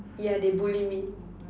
ya they bully me